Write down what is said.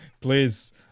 Please